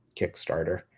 Kickstarter